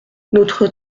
notre